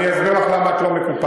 אני אסביר לך למה את לא מקופחת.